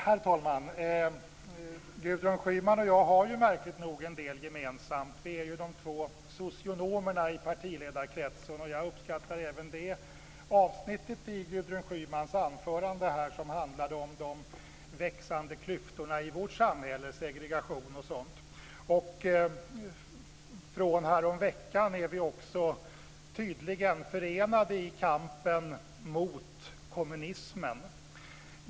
Herr talman! Gudrun Schyman och jag har märkligt nog en del gemensamt. Vi är ju de två socionomerna i partiledarkretsen, och jag uppskattar även det avsnitt i Gudrun Schymans anförande som handlade om de växande klyftorna i vårt samhälle - segregation och sådant. Sedan häromveckan är vi tydligen också förenade i kampen mot kommunismen.